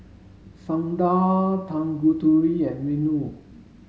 Sundar Tanguturi and Renu